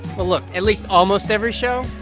but look. at least almost every show.